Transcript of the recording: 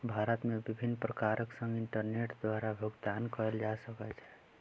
भारत मे विभिन्न प्रकार सॅ इंटरनेट द्वारा भुगतान कयल जा सकै छै